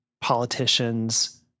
politicians